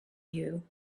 you